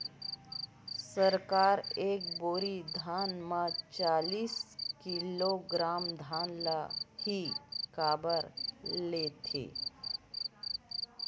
सरकार एक बोरी धान म चालीस किलोग्राम धान ल ही काबर लेथे?